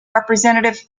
representative